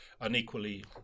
unequally